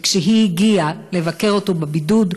וכשהיא הגיעה לבקר אותו בבידוד,